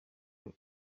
ngo